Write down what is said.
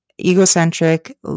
egocentric